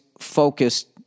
focused